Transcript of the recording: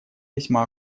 весьма